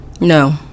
No